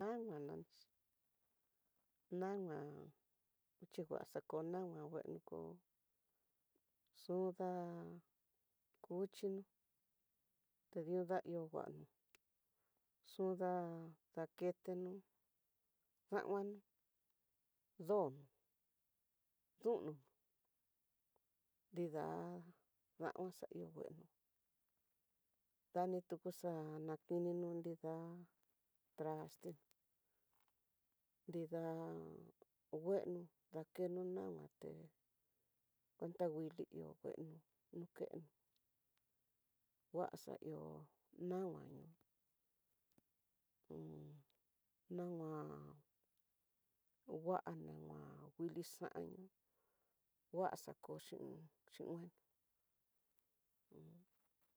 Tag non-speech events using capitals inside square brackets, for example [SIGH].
Nama nanixhi, nama xhinguaxhi ko nama ngueno doko xunda kuxhino, te dió da ihó nguano xunda daketenó danguano ndono, ndonono nrida, onxahió ngueno anituku xa'a dakeneno nrida, traste nida ngueno ndakeno nama té kuenta nguili ihó, ngueno nukeno nguaxa ihó nama [HESITATION] dama ngua nama nguili xan nguaxha koxhi [HESITATION] xhingueno ujun.